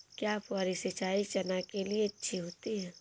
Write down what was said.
क्या फुहारी सिंचाई चना के लिए अच्छी होती है?